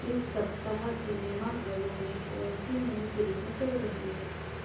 इस सप्ताह सिनेमाघरों में कौनसी नई फिल्में चल रही हैं